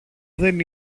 δεν